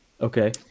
Okay